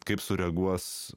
kaip sureaguos